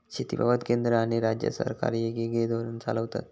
शेतीबाबत केंद्र आणि राज्य सरकारा येगयेगळे धोरण चालवतत